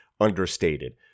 understated